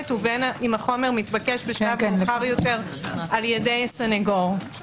ובין אם בשלב מאוחר יותר על ידי סנגור.